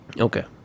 Okay